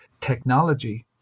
technology